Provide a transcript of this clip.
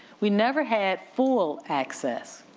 we never had full access,